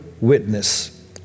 witness